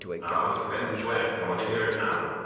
now, if you've anything to add, i want to hear it now,